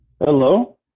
Hello